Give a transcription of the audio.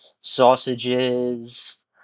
sausages